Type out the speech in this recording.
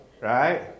Right